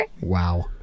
Wow